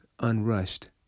unrushed